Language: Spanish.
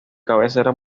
cabecera